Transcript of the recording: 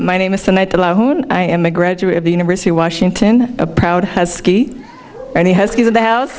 my name is tonight alone i am a graduate of the university of washington a proud as ski and he has he's in the house